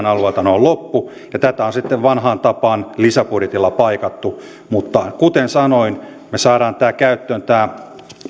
alueilta ne ovat loppu ja tätä on sitten vanhaan tapaan lisäbudjetilla paikattu mutta kuten sanoin kun me saamme käyttöön tämän